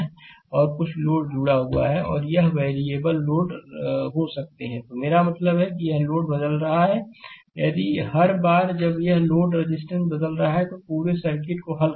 और कुछ लोड जुड़ा हुआ है और ये वेरिएबल लोड हो सकते हैं मेरा मतलब है कि यह लोड बदल रहा है यदि हर बार जब यह लोडरेजिस्टेंस बदल रहा है तो पूरे सर्किट को हल करना होगा